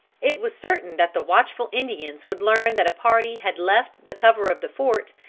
it was certain that the watchful indians would learn that a party had left the cover of the fort,